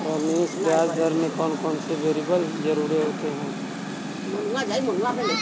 रमेश ब्याज दर में कौन कौन से वेरिएबल जरूरी होते हैं?